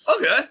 okay